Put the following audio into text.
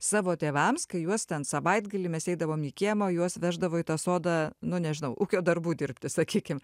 savo tėvams kai juos ten savaitgalį mes eidavom į kiemą o juos veždavo į tą sodą nu nežinau ūkio darbų dirbti sakykim